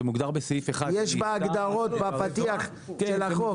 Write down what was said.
זה מוגדר בסעיף 1. יש בהגדרות בפתיח לחוק.